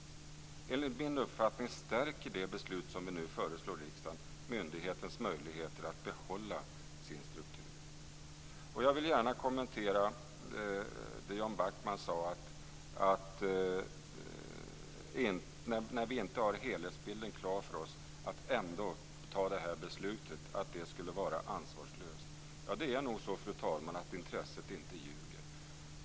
Enligt min uppfattning stärker det beslut som vi nu föreslår riksdagen myndighetens möjligheter att behålla sin struktur. Jag vill gärna kommentera det Jan Backman sade om att det skulle vara ansvarslöst att fatta det här beslutet när vi inte har helhetsbilden klar för oss. Det är nog så, fru talman, att intresset inte ljuger.